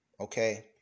Okay